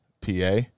PA